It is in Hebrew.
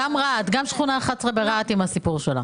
גם שכונה 11 ברהט עם הסיפור שלה.